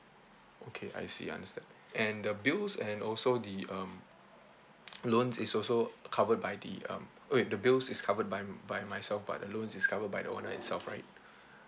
okay I see understand and the bills and also the um loans is also covered by the um wait the bills is covered by by myself but the loan is covered by the owner itself right